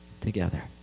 together